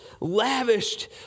lavished